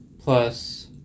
plus